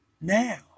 now